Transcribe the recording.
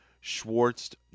Schwartz